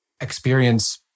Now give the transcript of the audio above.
experience